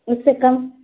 اس سے کم